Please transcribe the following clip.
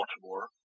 Baltimore